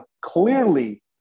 clearly